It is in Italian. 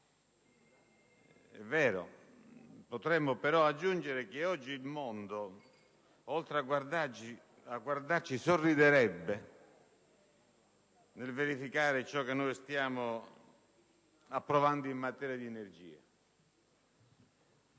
è vero, ma potremmo anche aggiungere che oggi il mondo, a guardarci, sorriderebbe nel verificare ciò che stiamo approvando in materia di energia.